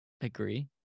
agree